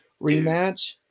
rematch